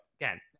again